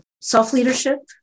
self-leadership